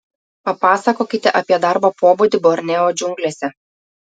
papasakokite apie darbo pobūdį borneo džiunglėse